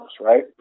right